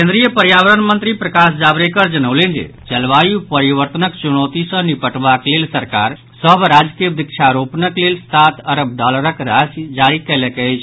केन्द्रीय पर्यावरण मंत्री प्रकाश जावड़ेकर जनौलनि जे जलवायू परिवर्तनक चूनौती सँ निपटबाक लेल सरकार सभ राज्य के वृक्षा रोपणक लेल सात अरब डॉलरक राशि जारी कयलक अछि